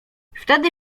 wtedy